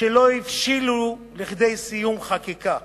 שלא הבשילו כדי סיום חקיקה.